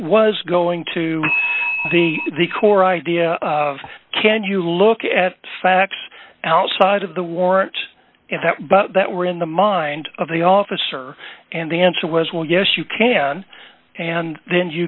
was going to be the core idea of can you look at facts outside of the warrant that but that were in the mind of the officer and the answer was well yes you can and then you